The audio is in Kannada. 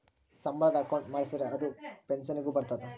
ಸಂಬಳದ ಅಕೌಂಟ್ ಮಾಡಿಸಿದರ ಅದು ಪೆನ್ಸನ್ ಗು ಬರ್ತದ